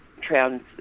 trans